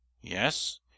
Yes